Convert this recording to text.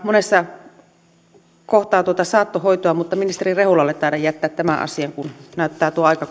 monessa kohtaa myöskin tuota saattohoitoa mutta ministeri rehulalle taidan jättää tämän asian kun näyttää tuo aika